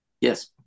Yes